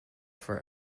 for